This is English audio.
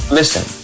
listen